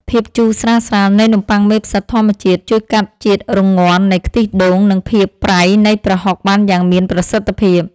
ភាពជូរស្រាលៗនៃនំប៉័ងមេផ្សិតធម្មជាតិជួយកាត់ជាតិរងាន់នៃខ្ទិះដូងនិងភាពប្រៃនៃប្រហុកបានយ៉ាងមានប្រសិទ្ធភាព។